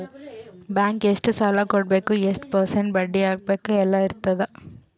bank ಎಷ್ಟ ಸಾಲಾ ಕೊಡ್ಬೇಕ್ ಎಷ್ಟ ಪರ್ಸೆಂಟ್ ಬಡ್ಡಿ ಹಾಕ್ಬೇಕ್ ಅಂತ್ ಎಲ್ಲಾ ಇರ್ತುದ್